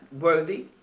worthy